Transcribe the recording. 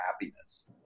happiness